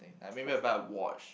like maybe to buy a watch